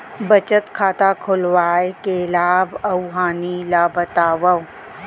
बचत खाता खोलवाय के लाभ अऊ हानि ला बतावव?